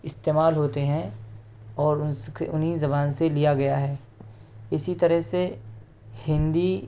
استعمال ہوتے ہیں اور انہی زبان سے لیا گیا ہے اسی طرح سے ہندی